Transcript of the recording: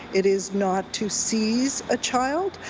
it is not to seize a child.